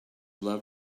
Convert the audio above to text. love